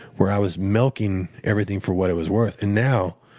where i was milking everything for what it was worth. and now,